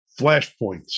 flashpoints